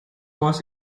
was